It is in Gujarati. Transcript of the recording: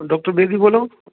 ડૉક્ટર બેબી બોલો